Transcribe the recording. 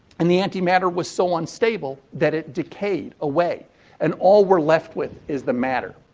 and the anti-matter was so unstable that it decayed away and all we're left with is the matter.